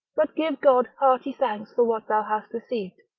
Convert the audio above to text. but give god hearty thanks for what thou hast received.